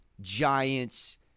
Giants